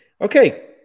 Okay